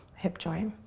hip joint.